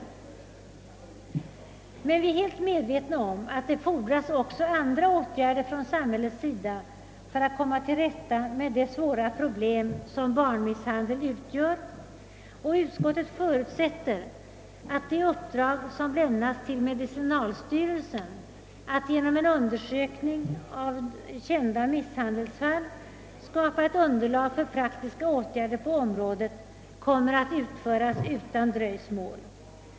Vi är emellertid helt medvetna om att det också fordras andra åtgärder från samhällets sida för att komma till rätta med de svåra problem som barnmisshandel utgör. Utskottet förutsätter att det uppdrag som lämnats till medicinalstyrelsen att göra en undersökning av kända misshandelsfall för att skapa ett underlag för praktiska åtgärder på området kommer att utföras utan dröjsmål.